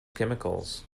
chemicals